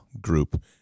group